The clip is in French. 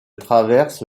traverse